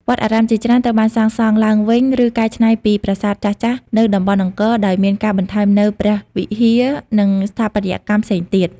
វត្តអារាមជាច្រើនត្រូវបានសាងសង់ឡើងវិញ ឬកែច្នៃពីប្រាសាទចាស់ៗនៅតំបន់អង្គរ ដោយមានការបន្ថែមនូវព្រះវិហារ និងស្ថាបត្យកម្មផ្សេងទៀត។